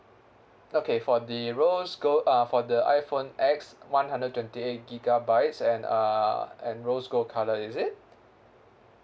okay for the rose gold uh for the iphone X one hundred and twenty eight gigabytes and uh and rose gold colour is it